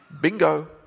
bingo